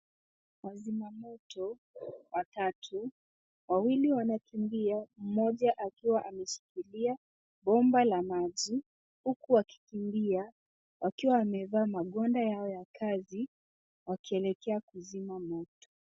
Wazimamoto watatu. Wawili wanakimbia mmoja akiwa ameshikilia bomba la maji huku akikimbia wakiwa wamevaa magwanda yao ya kazi wakielekea kuzima moto.